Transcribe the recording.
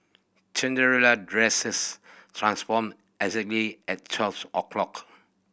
Cinderella dresses transformed exactly at twelfth o' clock